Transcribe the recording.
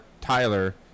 Tyler